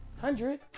hundred